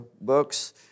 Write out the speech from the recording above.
books